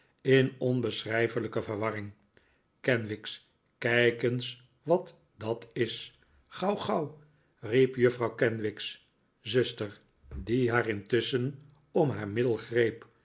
in onbeschrijfelijke verwarring kenwigs kijk eens wat dat is gauw gauw riep juffrouw kenwigs zuster die haar intusschen om haar middel greep